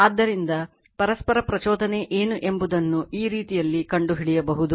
ಆದ್ದರಿಂದ ಪರಸ್ಪರ ಪ್ರಚೋದನೆ ಏನು ಎಂಬುದನ್ನು ಈ ರೀತಿಯಲ್ಲಿ ಕಂಡುಹಿಡಿಯಬಹುದು